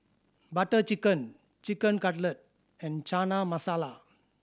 Butter Chicken Chicken Cutlet and Chana Masala